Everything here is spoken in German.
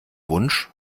wunsch